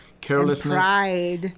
carelessness